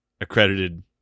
accredited